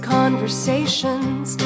conversations